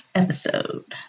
episode